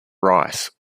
rice